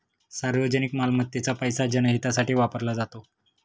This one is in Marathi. सार्वजनिक मालमत्तेचा पैसा जनहितासाठी वापरला जातो